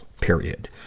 period